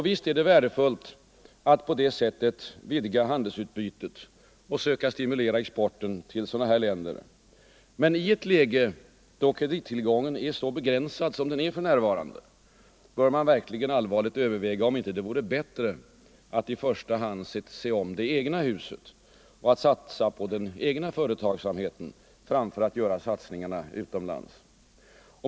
Visst är det värdefullt att på det sättet vidga handelsutbytet och söka stimulera exporten till sådana länder, men i ett läge då kredittillgången är så begränsad som den är för närvarande bör man verkligen allvarligt överväga om det inte vore bättre att i första hand se om det egna huset och satsa på den egna företagsamheten framför att göra satsningarna utomlands.